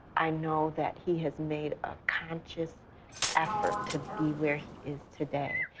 i know that he has made a conscious effort to be where he is today.